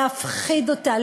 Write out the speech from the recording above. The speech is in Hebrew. להפחיד אותה,